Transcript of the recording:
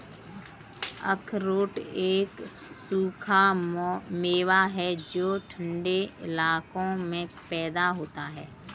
अखरोट एक सूखा मेवा है जो ठन्डे इलाकों में पैदा होता है